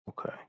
Okay